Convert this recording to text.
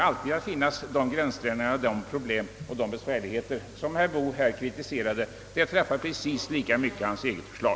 Herr Boos kritik drabbar alltså precis lika mycket hans eget förslag.